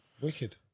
Wicked